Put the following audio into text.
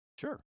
sure